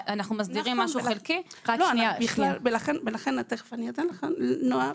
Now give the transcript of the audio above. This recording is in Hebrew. אנחנו מסדירים משהו חלקי --- ולכן אנחנו אומרים